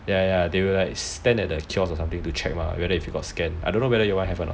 like they will stand at the kiosk or something to check whether you got scan